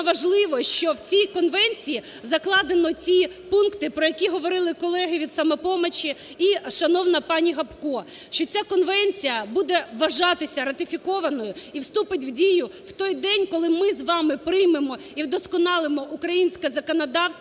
важливо, що в цій конвенції закладено ті пункти, про які говорили колеги від "Самопомочі" і шановна пані Гопко. Що ця конвенція буде вважатися ратифікованою і вступить в дію в той день, коли ми з вами приймемо і вдосконалимо українське законодавство,